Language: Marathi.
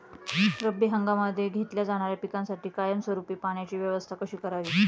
रब्बी हंगामामध्ये घेतल्या जाणाऱ्या पिकांसाठी कायमस्वरूपी पाण्याची व्यवस्था कशी करावी?